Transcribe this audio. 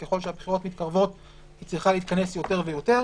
וככל שהבחירות מתקרבות היא צריכה להתכנס יותר ויותר